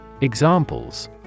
Examples